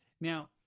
Now